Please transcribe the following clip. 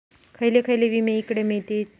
खयले खयले विमे हकडे मिळतीत?